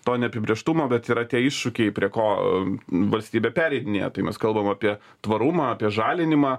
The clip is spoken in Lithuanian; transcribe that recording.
to neapibrėžtumo bet yra tie iššūkiai prie ko valstybė pereidinėja tai mes kalbam apie tvarumą apie žalinimą